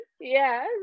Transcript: Yes